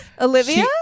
olivia